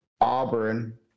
Auburn